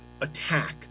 attack